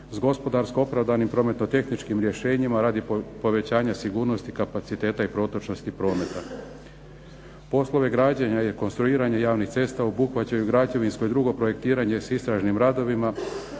s gospodarsko opravdanim prometno-tehničkim rješenjima radi povećanja sigurnosti kapaciteta i protočnosti prometa. Poslove građenja i rekonstruiranje javnih cesta obuhvaćaju građevinsko i drugo projektiranje s istražnim radovima,